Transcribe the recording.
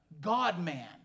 God-man